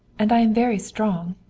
and i am very strong.